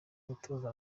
gutoza